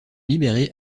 libérés